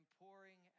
pouring